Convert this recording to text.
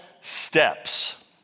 steps